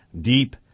deep